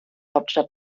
hauptstadt